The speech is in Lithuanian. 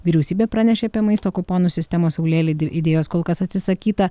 vyriausybė pranešė apie maisto kuponų sistemos saulėlydį idėjos kol kas atsisakyta